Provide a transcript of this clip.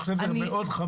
ואני חושב שזה מאוד חמור.